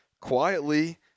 Quietly